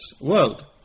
world